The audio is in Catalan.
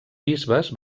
bisbes